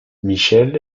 michel